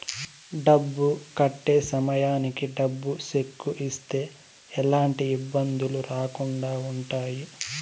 డబ్బు కట్టే సమయానికి డబ్బు సెక్కు ఇస్తే ఎలాంటి ఇబ్బందులు రాకుండా ఉంటాయి